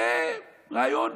זה רעיון.